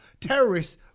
Terrorists